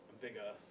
bigger